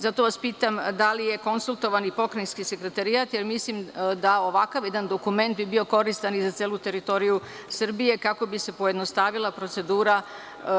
Zato vas pitam – da li je konsultovan i Pokrajinski sekretarijat jer mislim da ovakav jedan dokument bi bio koristan i za celu teritoriju Srbije, kako bi se pojednostavila procedura